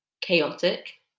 chaotic